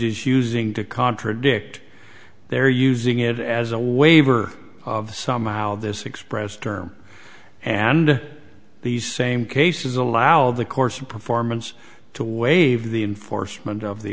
is using to contradict they're using it as a wave or somehow this express term and these same cases allow the course of performance to waive the enforcement of the